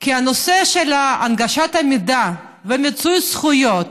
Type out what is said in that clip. כי הנושא של הנגשת המידע ומיצוי זכויות